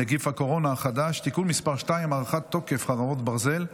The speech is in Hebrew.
חרבות ברזל)